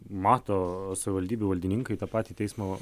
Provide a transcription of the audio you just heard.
mato savivaldybių valdininkai tą patį teismo